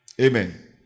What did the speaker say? Amen